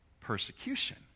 persecution